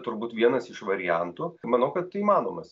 turbūt vienas iš variantų manau kad įmanomas